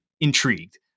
intrigued